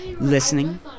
listening